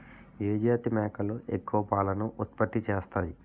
ఏ జాతి మేకలు ఎక్కువ పాలను ఉత్పత్తి చేస్తాయి?